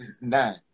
nine